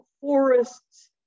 forests